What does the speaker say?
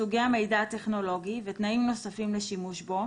סוגי המידע הטכנולוגי ותנאים נוספים לשימוש בו,